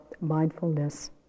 mindfulness